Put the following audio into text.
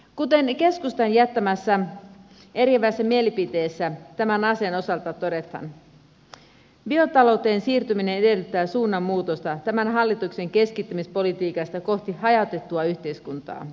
kuten keskustan jättämässä eriävässä mielipiteessä tämän asian osalta todetaan biotalouteen siirtyminen edellyttää suunnanmuutosta tämän hallituksen keskittämispolitiikasta kohti hajautettua yhteiskuntaa